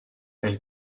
elle